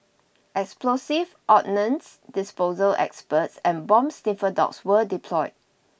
explosives ordnance disposal experts and bomb sniffer dogs were deployed